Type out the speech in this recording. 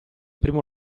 primo